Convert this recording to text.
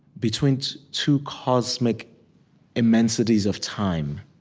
between two cosmic immensities of time,